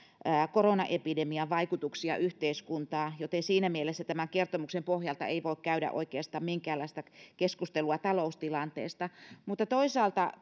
koronaepidemian vaikutuksia yhteiskuntaan joten siinä mielessä tämän kertomuksen pohjalta ei voi käydä oikeastaan minkäänlaista keskustelua taloustilanteesta mutta toisaalta